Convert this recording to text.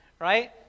right